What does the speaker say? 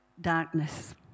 darkness